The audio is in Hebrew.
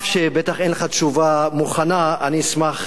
אף שבטח אין לך תשובה מוכנה, אני אשמח